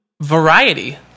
variety